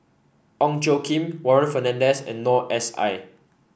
Ong Tjoe Kim Warren Fernandez and Noor S I